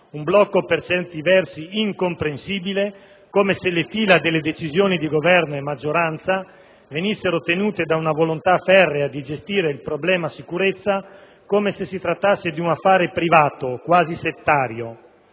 un blocco per certi versi incomprensibile, come se le fila delle decisioni del Governo e della maggioranza venissero tenute da una volontà ferrea di gestire il problema-sicurezza come se si trattasse di un affare privato, quasi settario.